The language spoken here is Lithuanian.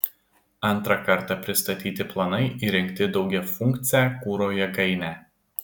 antrą kartą pristatyti planai įrengti daugiafunkcę kuro jėgainę